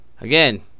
again